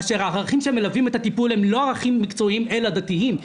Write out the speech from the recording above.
כאשר הערכים שמלווים את הטיפול הם לא ערכים מקצועיים אלא דתיים.